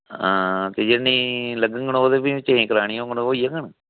हां हां ते जेह्ड़ियां नेईं लगङन ते ओह् ते फिर चेंज़ करानियां होङन होई जाङन